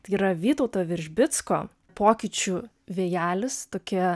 tai yra vytauto veržbicko pokyčių vėjelis tokia